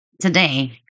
Today